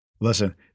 listen